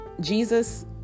Jesus